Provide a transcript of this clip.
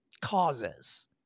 causes